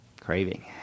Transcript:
craving